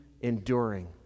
enduring